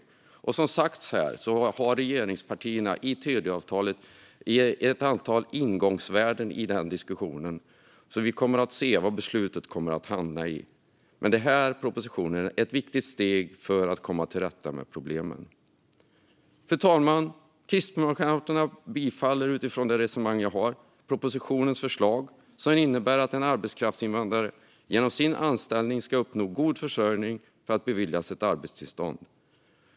Som det har sagts tidigare har regeringspartierna i Tidöavtalet givit ett antal ingångsvärden i diskussionen. Vi får se vad beslutet hamnar i. Men propositionen är ett viktigt steg för att komma till rätta med problemen. Kristdemokraterna anser också att det med hänsyn till behovet av kompetensförsörjning kan finnas fördelar med att behålla möjligheten till deltidsanställningar. Fru talman! Kristdemokraterna yrkar utifrån mitt resonemang bifall till propositionens förslag, som innebär att en arbetskraftsinvandrare genom sin anställning ska uppnå en god försörjning för att beviljas ett arbetstillstånd.